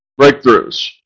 breakthroughs